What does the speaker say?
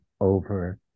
over